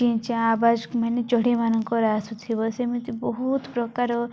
ଚିଁ ଚାଁ ଆବାଜ ମାନେ ଚଢ଼େଇ ମାନଙ୍କର ଆସୁଥିବ ସେମିତି ବହୁତ ପ୍ରକାର